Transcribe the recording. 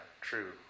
true